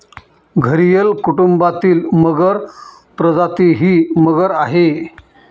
घरियल कुटुंबातील मगर प्रजाती ही मगर आहे